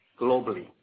globally